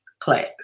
class